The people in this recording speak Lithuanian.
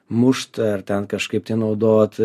mušt ar ten kažkaip naudot